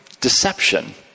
deception